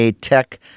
tech